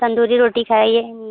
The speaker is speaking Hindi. तंदूरी रोटी खाई जाएंगी